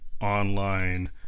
online